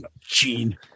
Gene